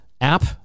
app